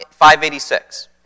586